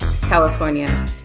California